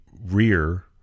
rear